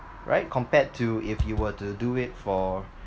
right compared to if you were to do it for